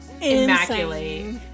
Immaculate